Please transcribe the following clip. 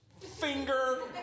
finger